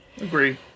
Agree